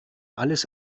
alles